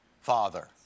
Father